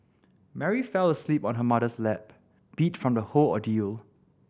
Mary fell asleep on her mother's lap beat from the whole ordeal